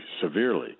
severely